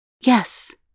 Yes